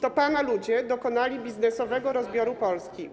To pana ludzie dokonali biznesowego rozbioru Polski.